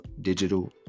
digital